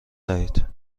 دهید